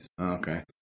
Okay